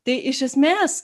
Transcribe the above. tai iš esmės